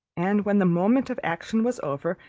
and, when the moment of action was over,